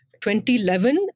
2011